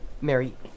Mary